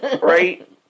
right